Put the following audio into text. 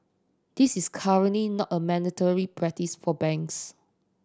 this is currently not a mandatory practice for banks